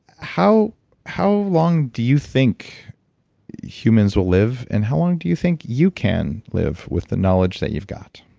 how how long do you think humans will live, and how long do you think you can live with the knowledge that you've got?